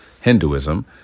Hinduism